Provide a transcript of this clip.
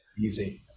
easy